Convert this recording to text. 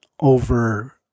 over